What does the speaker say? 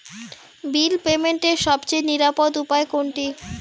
বিল পেমেন্টের সবচেয়ে নিরাপদ উপায় কোনটি?